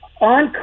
on